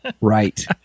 Right